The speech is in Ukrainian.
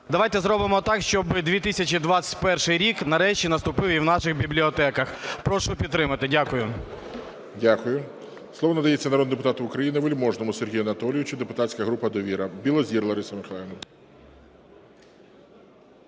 давайте зробимо так, щоб 2021 рік нарешті наступив і в наших бібліотеках. Прошу підтримати. Дякую. ГОЛОВУЮЧИЙ. Дякую. Слово надається народному депутату України Вельможному Сергію Анатолійовичу, депутатська група "Довіра". Білозір Лариса Михайлівна.